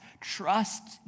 trust